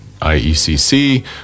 IECC